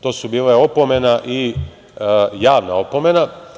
To su bile opomena i javna opomena.